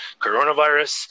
Coronavirus